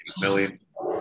millions